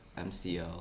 MCL